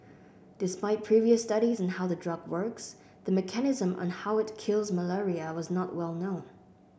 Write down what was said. despite previous studies on how the drug works the mechanism on how it kills malaria was not well known